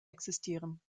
existieren